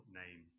name